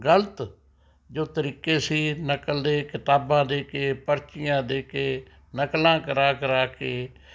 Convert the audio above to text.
ਗਲਤ ਜੋ ਤਰੀਕੇ ਸੀ ਨਕਲ ਦੇ ਕਿਤਾਬਾਂ ਦੇ ਕੇ ਪਰਚੀਆਂ ਦੇ ਕੇ ਨਕਲਾਂ ਕਰਾ ਕਰਾ ਕੇ